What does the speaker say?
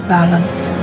Balance